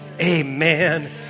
amen